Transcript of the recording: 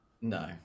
No